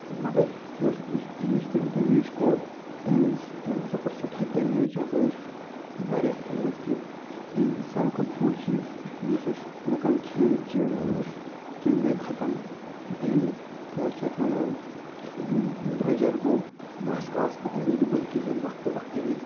مَگر یۄس یُس یُس تٔمۍ ڈیمیج کوٚر تَمہِ وِزِ تٔمۍ ہسا کوٚر سٮ۪ٹھاہ ڈیمیج یَپٲرۍ واریاہ موٗدۍ تہِ بیٚیہِ سارِوٕے کھۄتہٕ بوٚڈ چیٖز یُس أسۍ لُکن کھٮ۪ن چین ٲسۍ تِم گٔے ختم بیٚیہِ کیٛاہ چھِ اَتھ وَنان یِم درٛۅجر گوٚو ماسکہٕ آسہٕ نہٕ ایٚویلیبُل کِہیٖنٛۍ وقتہٕ وقتہٕ وِزِ